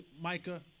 Micah